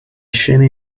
scene